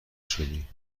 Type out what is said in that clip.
شدی